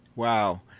Wow